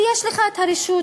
ושיש לך את הרשות,